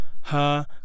...ha